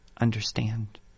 understand